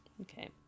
Okay